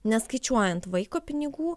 neskaičiuojant vaiko pinigų